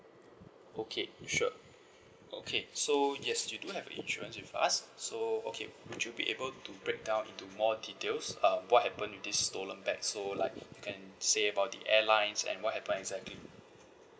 okay sure okay so yes you do have a insurance with us so okay would you be able to break down into more details uh what happened with these stolen bags so like you can say about the airlines and what happen exactly